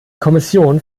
kommission